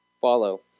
follow